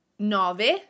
Nove